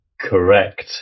Correct